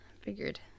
Figured